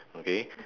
okay